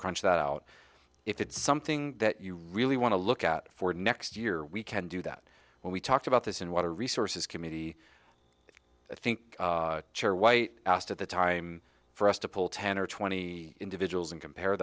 crunch that out if it's something that you really want to look at for next year we can do that when we talked about this in water resources committee i think chair white asked at the time for us to pull ten or twenty individuals and compare